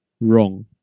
wrong